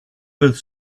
both